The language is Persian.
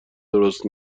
درست